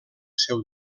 seu